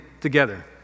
together